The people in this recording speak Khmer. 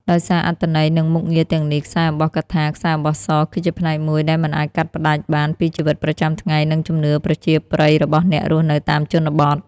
ដោយសារអត្ថន័យ និងមុខងារទាំងនេះ ខ្សែអំបោះកថា ខ្សែអំបោះស គឺជាផ្នែកមួយដែលមិនអាចកាត់ផ្ដាច់បានពីជីវិតប្រចាំថ្ងៃ និងជំនឿប្រជាប្រិយរបស់អ្នករស់នៅតាមជនបទ។